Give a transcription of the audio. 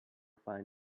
find